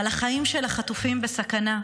אבל החיים של החטופים בסכנה,